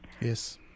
yes